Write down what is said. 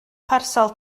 parsel